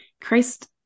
Christ